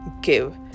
give